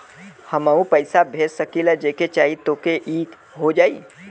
हमहू पैसा भेज सकीला जेके चाही तोके ई हो जाई?